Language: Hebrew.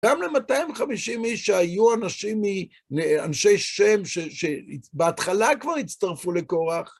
גם ל-250 איש שהיו אנשים, אנשי שם, שבהתחלה כבר הצטרפו לקורח.